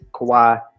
Kawhi